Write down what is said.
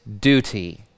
duty